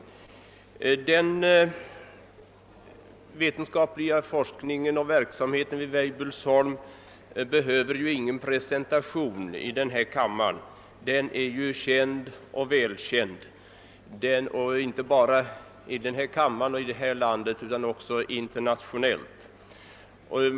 Den vetenskapliga forskningen och verksamheten i övrigt vid Weibullsholm behöver ju ingen presentation — den är känd och välkänd inte bara i denna kammare och i detta land utan också internationellt.